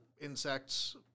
insects